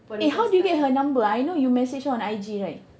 eh how do you get her number ah I know you message her on I_G right